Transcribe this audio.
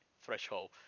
threshold